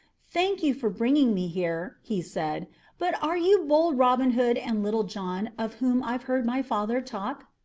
thank you for bringing me here, he said but are you bold robin hood and little john, of whom i've heard my father talk?